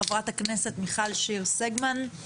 חברת הכנסת מיכל שיר סגמן.